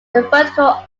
vertical